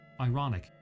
ironic